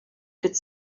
could